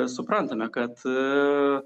suprantame kad